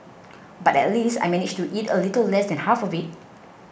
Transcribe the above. but at least I managed to eat a little less than half of it